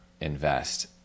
invest